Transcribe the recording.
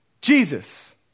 Jesus